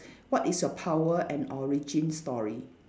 what is your power and origin story